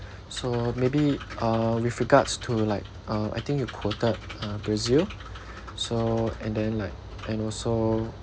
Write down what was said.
so maybe uh with regards to like uh I think you quoted uh brazil so and then like and also